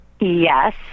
Yes